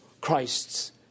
Christ's